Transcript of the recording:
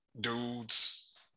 dudes